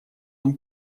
нам